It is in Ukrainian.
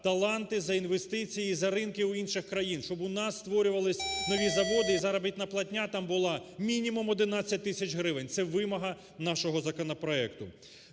таланти, за інвестиції, за ринки в інших країн, щоб у нас створювались нові заводи і заробітна платня там була мінімум 11 тисяч гривень. Це вимога нашого законопроекту.